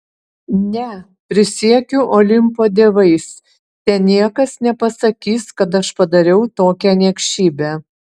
ne prisiekiu olimpo dievais te niekas nepasakys kad aš padariau tokią niekšybę